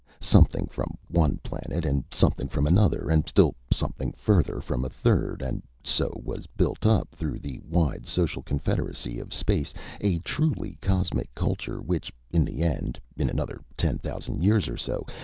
something from one planet and something from another and still something further from a third and so was built up through the wide social confederacy of space a truly cosmic culture which in the end, in another ten thousand years or so,